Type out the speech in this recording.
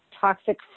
toxic